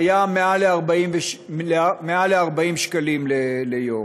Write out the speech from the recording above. מעל 40 שקלים ליום.